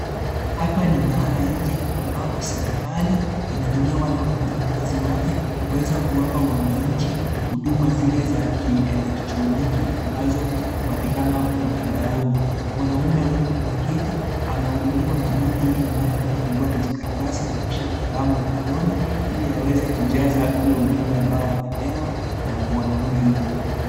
Hapa ni maala inje ambapo serekali inatumia wale wafanyikazi wake kuweza kuwapa wanainchi huduma zile za kielektroniki, ambazo upatikana mtandaoni. Wanaume huyu ameketi anahudumiwa na binti yule ambaye anafunguwa vijikaratasi na kushika kalamu mkononi ili aweze kujaza ule ujumbe ambao atapewa na mwanamme yule.